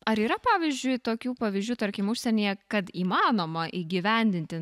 ar yra pavyzdžiui tokių pavyzdžių tarkim užsienyje kad įmanoma įgyvendinti